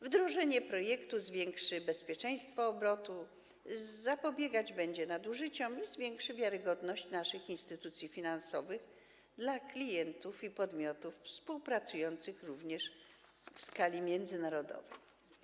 Wdrożenie projektu zwiększy bezpieczeństwo obrotu, zapobiegać będzie nadużyciom i zwiększy wiarygodność naszych instytucji finansowych, jeśli chodzi o klientów i podmioty współpracujące również w skali międzynarodowej.